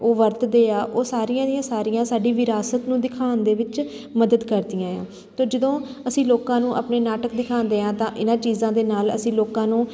ਉਹ ਵਰਤਦੇ ਆ ਉਹ ਸਾਰੀਆਂ ਦੀਆਂ ਸਾਰੀਆਂ ਸਾਡੀ ਵਿਰਾਸਤ ਨੂੰ ਦਿਖਾਉਣ ਦੇ ਵਿੱਚ ਮਦਦ ਕਰਦੀਆਂ ਆ ਅਤੇ ਜਦੋਂ ਅਸੀਂ ਲੋਕਾਂ ਨੂੰ ਆਪਣੇ ਨਾਟਕ ਦਿਖਾਉਂਦੇ ਹਾਂ ਤਾਂ ਇਹਨਾਂ ਚੀਜ਼ਾਂ ਦੇ ਨਾਲ ਅਸੀਂ ਲੋਕਾਂ ਨੂੰ